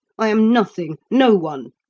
i am nothing, no one!